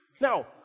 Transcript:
Now